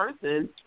person